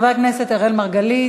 חבר הכנסת אראל מרגלית,